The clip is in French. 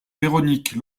véronique